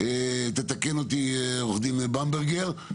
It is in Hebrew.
תקן אותי עו"ד במברגר,